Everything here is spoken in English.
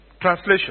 translation